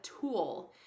tool